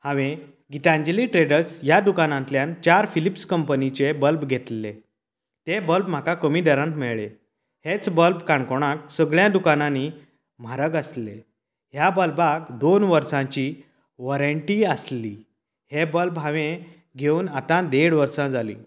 हांवें गितांजली ट्रेडर्स ह्या दुकांनांतल्यान चार फिलिप्स कंपनीचे बल्ब घेतले ते बल्ब म्हाका कमी दरांन मेळ्ळें हे बल्ब काणकोणांत सगळ्यां दुकानांनी म्हारग आसलें ह्या बल्बाक दोन वर्सांची वॉरेंन्टी आसली हे बल्ब हांवें घेवन आतां देड वर्सां जाली